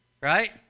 right